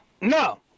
No